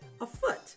afoot